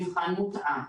מבחן מותאם.